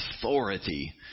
authority